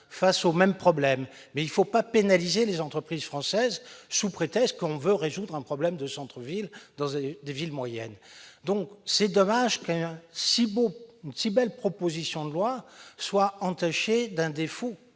au même problème. Ne pénalisons pas les entreprises françaises au prétexte qu'on veut résoudre un problème de centre-ville dans des villes moyennes. Il est dommage qu'une si belle proposition de loi soit entachée d'un tel défaut.